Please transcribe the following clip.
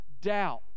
doubt